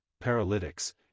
paralytics